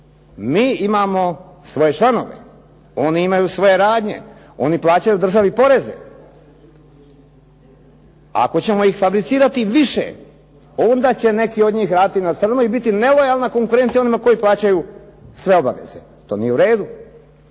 mi imamo svoje članove, oni imaju svoje radnje, oni plaćaju državi poreze. Ako ćemo ih fabricirati više onda će neki od njih raditi na crno i biti nelojalna konkurencija onima koji plaćaju sve obaveze. To nije u redu.